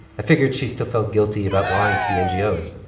i figured she still felt guilty about lying to the ngos.